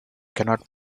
cannot